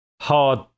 hard